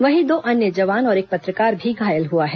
वहीं दो अन्य जवान और एक पत्रकार भी घायल हुआ है